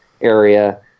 area